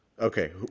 Okay